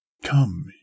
Come